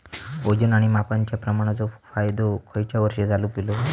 वजन आणि मापांच्या प्रमाणाचो कायदो खयच्या वर्षी चालू केलो?